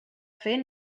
fer